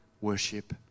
worship